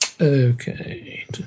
Okay